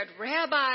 Rabbi